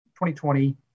2020